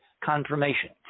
confirmation